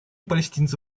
палестинцы